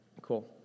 Cool